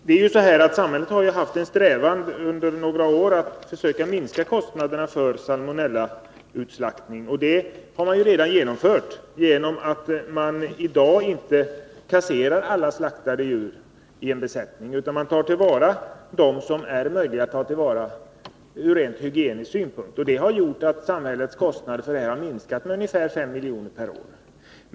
Fru talman! Samhället har ju under några år strävat efter att försöka minska sina kostnader för salmonellautslaktning. Detta är i dag redan genomfört så till vida att man numera inte kasserar alla slaktade djur i en besättning utan tar till vara dem som är möjliga att använda ur rent hygienisk synpunkt. Det har gjort att samhällets kostnader har minskat med ungefär 5 milj.kr. per år.